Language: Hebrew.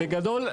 בגדול,